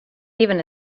even